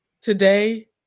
Today